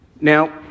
Now